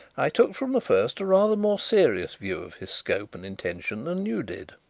i took from the first a rather more serious view of his scope and intention than you did.